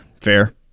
Fair